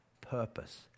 purpose